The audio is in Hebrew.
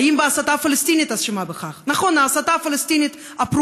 האם ההסתה הפלסטינית אשמה בכך?